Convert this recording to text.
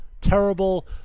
terrible